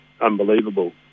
unbelievable